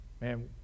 man